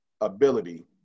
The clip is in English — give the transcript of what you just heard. ability